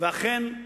ואכן,